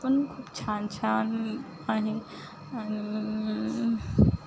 पण खूप छानछान आहे आणि